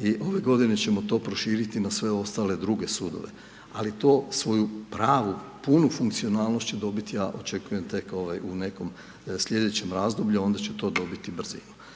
I ove godine ćemo to proširiti i na sve ostale druge sudove. Ali to svoju pravu, punu funkcionalnost će dobiti, ja očekujem tek u nekom sljedećem razdoblju a onda će to dobiti brzinu.